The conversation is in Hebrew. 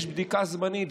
יש בדיקה זמנית.